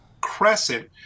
Crescent